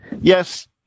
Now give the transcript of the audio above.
yes